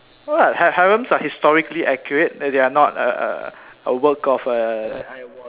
what ha~ harem are historically accurate they they are not a a work of a